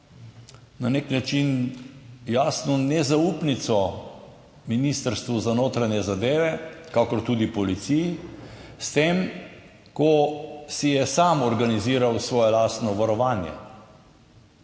na nek način jasno nezaupnico Ministrstvu za notranje zadeve, kakor tudi policiji, s tem, ko si je sam organiziral svoje lastno varovanje.